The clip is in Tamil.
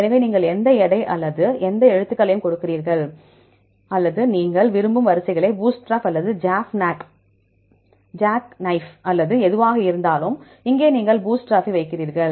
எனவே நீங்கள் எந்த எடை அல்லது எந்த எழுத்துக்களையும் கொடுத்திருக்கிறீர்கள் அல்லது நீங்கள் விரும்பும் வரிசைகள் பூட்ஸ்ட்ராப் அல்லது ஜாக்நைஃப் அல்லது எதுவாக இருந்தாலும் இங்கே நீங்கள் பூட்ஸ்டார்பை வைக்கிறீர்கள்